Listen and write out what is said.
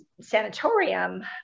sanatorium